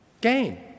Gain